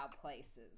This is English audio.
places